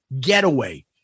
Getaway